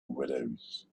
willows